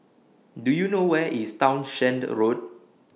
Do YOU know Where IS Townshend Road